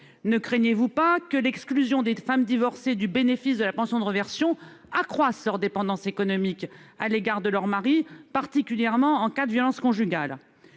Ne craignez-vous pas que l'exclusion des femmes divorcées du bénéfice de la pension de réversion n'accroisse la dépendance économique des femmes à l'égard de leur mari, particulièrement en cas de violences conjugales ?